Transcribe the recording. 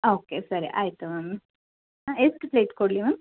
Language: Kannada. ಓಕೆ ಸರಿ ಆಯಿತು ಮ್ಯಾಮ್ ಎಷ್ಟು ಪ್ಲೇಟ್ ಕೊಡಲಿ ಮ್ಯಾಮ್